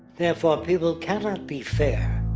therefore, people cannot be fair.